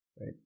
right